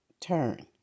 turn